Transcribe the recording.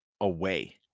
away